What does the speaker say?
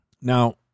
Now